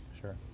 Sure